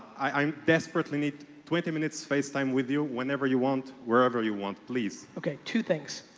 i desperately need twenty minutes facetime with you whenever you want, wherever you want, please. okay. two things.